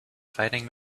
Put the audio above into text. fighting